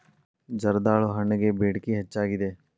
ಜರ್ದಾಳು ಹಣ್ಣಗೆ ಬೇಡಿಕೆ ಹೆಚ್ಚಾಗಿದೆ